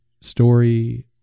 story